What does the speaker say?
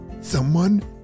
Someone